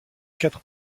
quatre